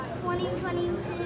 2022